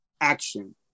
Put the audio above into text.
action